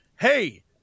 hey